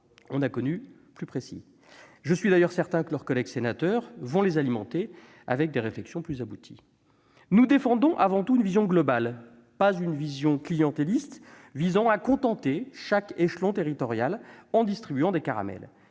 On a connu plus précis ! Je suis d'ailleurs certain que leurs collègues sénateurs les nourriront de réflexions plus abouties. Nous défendons avant tout une vision, non pas clientéliste visant à contenter chaque échelon territorial en distribuant des caramels,